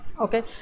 Okay